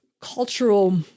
cultural